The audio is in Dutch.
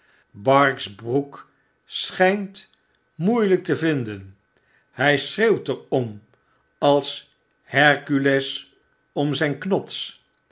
broek schijnt moeieliik te vinden hy schreeuwt er om als herkules om zijn knods